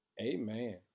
Amen